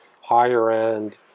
higher-end